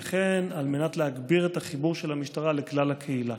וכן על מנת להגביר את החיבור של המשטרה לכלל הקהילה.